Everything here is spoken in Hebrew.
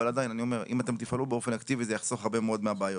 ועדיין אני אומר אם אתם תפעלו באופן אקטיבי זה יחסוך הרבה מאוד מהבעיות.